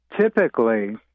Typically